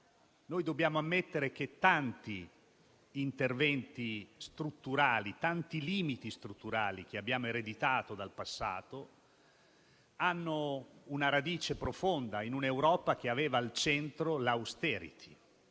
Dobbiamo ammettere che tanti interventi strutturali e tanti limiti strutturali che abbiamo ereditato dal passato hanno una radice profonda in un'Europa che aveva al centro l'*austerity*,